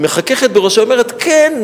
היא מחככת בראשה ואומרת: כן,